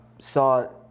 saw